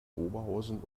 oberhausen